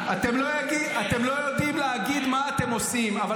--- אתם לא יודעים להגיד לי עכשיו בשלוף מי